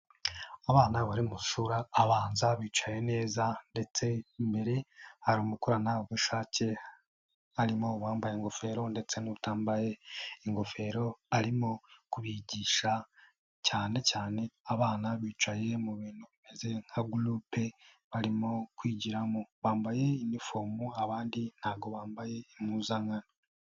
Abana bari mu mashuri abanza bicaye neza ndetse imbere hari umukoranabushake harimo uwambaye ingofero ndetse n'utambaye ingofero arimo kubigisha cyane cyane abana bicaye mu bintu bimeze nka gurupe barimo kwigiramo, bambaye inifomu abandi ntago bambaye impuzankano.